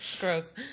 Gross